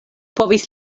povis